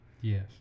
Yes